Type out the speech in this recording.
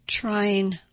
trying